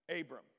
Abram